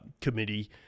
committee